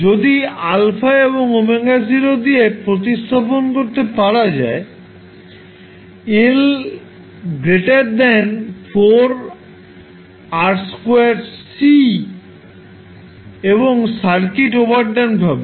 যদি α এবং ω0 দিয়ে প্রতিস্থাপন করলে পাওয়া যাবে L4R2C এবং সার্কিট ওভারড্যাম্পড হবে